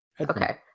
Okay